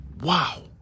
Wow